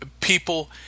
people